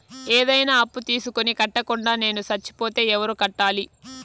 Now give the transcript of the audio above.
ఏదైనా అప్పు తీసుకొని కట్టకుండా నేను సచ్చిపోతే ఎవరు కట్టాలి?